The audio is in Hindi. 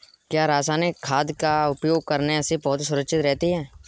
क्या रसायनिक खाद का उपयोग करने से पौधे सुरक्षित रहते हैं?